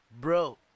bro